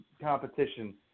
competition